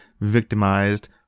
victimized